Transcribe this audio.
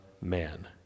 man